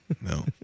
no